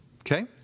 okay